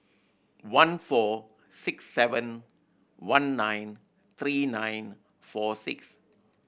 one four six seven one nine three nine four six